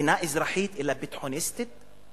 שאינה אזרחית אלא ביטחוניסטית,